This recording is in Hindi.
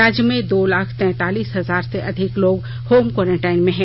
राज्य में दो लाख तैतालीस हजार से अधिक लोग होम क्वारंटाइन में हैं